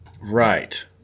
Right